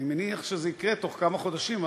אני מניח שזה יקרה תוך כמה חודשים,